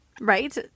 Right